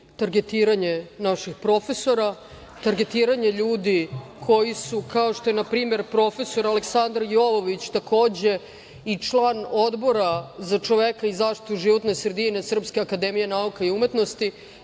targetiranje naših profesora, targetiranje ljudi koji su kao što je npr. profesor Aleksandar Jovović takođe i član Odbora za čoveka i zaštitu životne sredine Srpske akademije nauka i umetnosti,